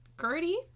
Gertie